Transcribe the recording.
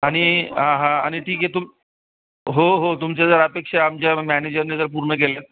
आणि हां हां आणि ठीक आहे तुम हो हो तुमचे जर अपेक्षा आमच्या मॅनेजरने जर पूर्ण केल्यात